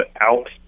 out